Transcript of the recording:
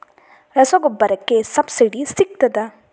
ರಸಗೊಬ್ಬರಕ್ಕೆ ಸಬ್ಸಿಡಿ ಸಿಗ್ತದಾ?